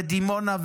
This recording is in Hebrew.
מקום שמחבר,